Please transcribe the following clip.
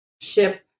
ship